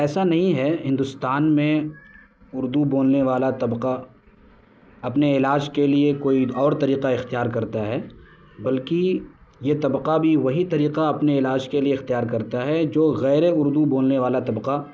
ایسا نہیں ہے ہندوستان میں اردو بولنے والا طبقہ اپنے علاج کے لیے کوئی اور طریقہ اختیار کرتا ہے بلکہ یہ طبقہ بھی وہی طریقہ اپنے علاج کے لیے اختیار کرتا ہے جو غیر اردو بولنے والا طبقہ